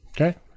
Okay